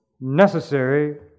necessary